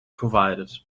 provided